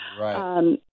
Right